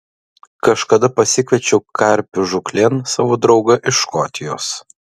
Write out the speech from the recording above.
kažkada pasikviečiau karpių žūklėn savo draugą iš škotijos